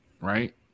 Right